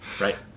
right